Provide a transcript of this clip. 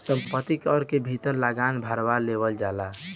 संपत्ति कर के भीतर जमीन के लागान भारवा लेवल जाला